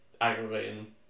aggravating